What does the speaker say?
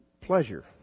pleasure